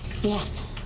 Yes